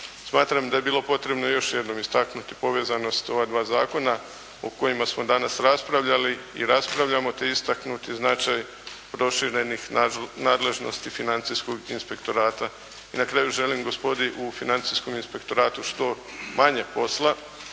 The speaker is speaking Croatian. Smatram da bi bilo potrebno još jednom istaknuti povezanost ova dva zakona o kojima smo danas raspravljali i raspravljamo te istaknuti značaj proširenih nadležnosti Financijskog inspektorata. I na kraju želim gospodi u Financijskom inspektoratu što manje posla,